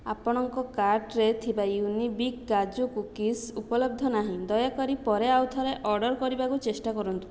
ଆପଣଙ୍କ କାର୍ଟରେ ଥିବା ୟୁନିବିକ୍ କାଜୁ କୁକିଜ୍ ଉପଲବ୍ଧ ନାହିଁ ଦୟାକରି ପରେ ଆଉ ଥରେ ଅର୍ଡ଼ର କରିବାକୁ ଚେଷ୍ଟା କରନ୍ତୁ